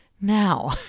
now